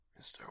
Mr